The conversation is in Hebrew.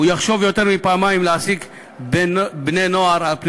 הוא יחשוב יותר מפעמיים אם להעסיק בני-נוער ולא בוגרים.